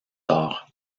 tard